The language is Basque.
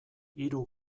hiru